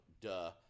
duh